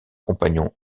compatriote